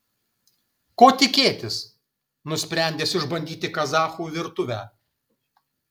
ko tikėtis nusprendęs išbandyti kazachų virtuvę